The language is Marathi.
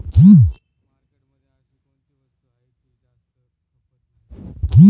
मार्केटमध्ये अशी कोणती वस्तू आहे की जास्त खपत नाही?